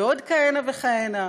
ועוד כהנה וכהנה.